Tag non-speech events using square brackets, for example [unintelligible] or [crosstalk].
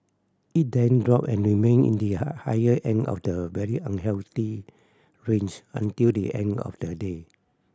it then dropped and remained in the [unintelligible] higher end of the very unhealthy range until the end of the day